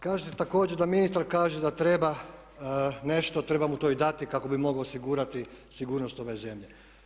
Kažete također da ministar kaže da treba nešto, trebam mu to i dati kako bi mogao osigurati sigurnost ove zemlje.